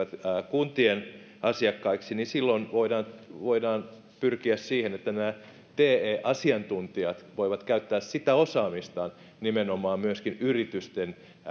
kuntien asiakkaiksi niin silloin voidaan voidaan pyrkiä siihen että nämä te asiantuntijat voivat käyttää sitä osaamistaan nimenomaan myöskin yritysten